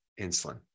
insulin